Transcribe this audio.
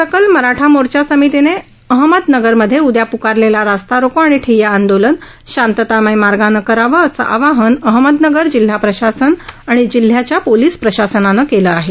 सकल मराठा मोर्चा समितीने अहमदनगर मध्ये उद्या पुकारलेला रास्ता रोको आणि ठिय्या आंदोलन शांततामय मार्गानं करावं असं आवाहन अहमदनगर जिल्हा प्रशासन आणि जिल्ह्याच्या पोलीस प्रशासनाने केले आहे